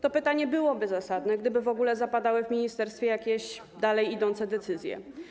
To pytanie byłoby zasadne, gdyby w ogóle zapadały w ministerstwie jakieś dalej idące decyzję.